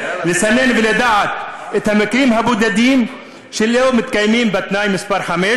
לסנן ולדעת את המקרים הבודדים שלא מתקיים בהם תנאי מס' 5,